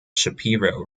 shapiro